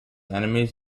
enemies